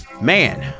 Man